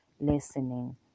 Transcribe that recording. listening